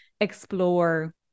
explore